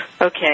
Okay